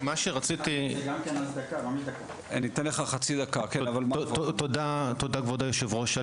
תודה כבוד היושב ראש.